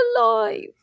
alive